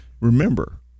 Remember